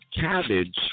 cabbage